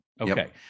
Okay